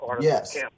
Yes